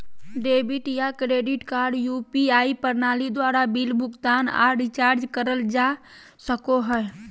debit या credit card UPI प्रणाली द्वारा बिल भुगतान आर रिचार्ज करल जा सको हय